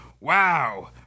wow